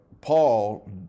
Paul